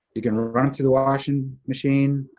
you can run em through the washing machine.